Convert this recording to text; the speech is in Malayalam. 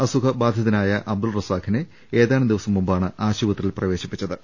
അസുഖബാധിതനായ അബ്ദുൾ റസാഖിനെ ഏതാനും ദിവസം മുമ്പാണ് ആശുപത്രിയിൽ പ്രവേശിപ്പിച്ചത്